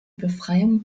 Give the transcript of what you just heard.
befreiung